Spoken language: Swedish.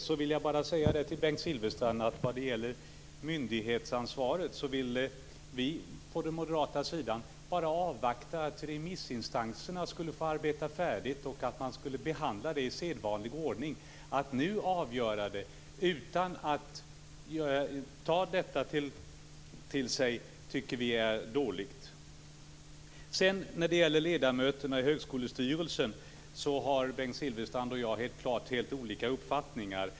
Jag vill säga till Bengt Silfverstrand att vad gäller myndighetsansvaret, vill vi på den moderata sidan bara avvakta till dess att remissinstanserna har fått arbeta färdigt. Vi vill att man skall behandla detta i sedvanlig ordning. Att nu avgöra frågan utan att ta detta till sig tycker vi är dåligt. När det gäller ledamöterna i Högskolestyrelsen har Bengt Silfverstrand och jag helt klart olika uppfattningar.